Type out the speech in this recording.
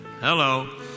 Hello